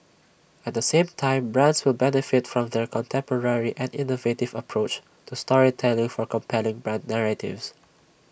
at the same time brands will benefit from their contemporary and innovative approach to storytelling for compelling brand narratives